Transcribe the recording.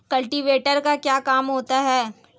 Cultivator का क्या काम होता है?